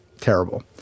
terrible